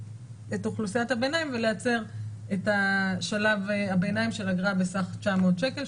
אוכלוסיית הביניים ולייצר את שלב הביניים של אגרה בסך 900 שקל,